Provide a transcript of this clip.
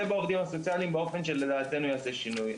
בעובדים הסוציאליים באופן שלדעתנו יעשה שינוי.